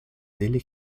delle